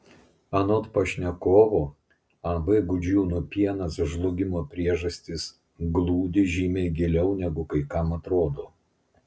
anot pašnekovo ab gudžiūnų pienas žlugimo priežastys glūdi žymiai giliau negu kai kam atrodo